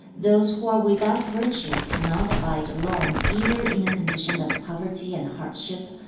those who are without virtue cannot abide long either in a condition of poverty and hardship,